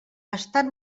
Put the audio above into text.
estan